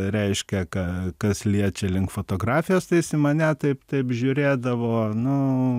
reiškia ka kas liečia link fotografijos tai jis į mane taip taip žiūrėdavo nu